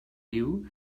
you